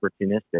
opportunistic